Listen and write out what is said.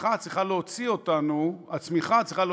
הצמיחה צריכה להוציא אותנו מהמקום,